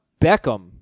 Beckham